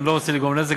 אני לא רוצה לגרום נזק.